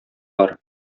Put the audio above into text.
бар